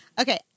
Okay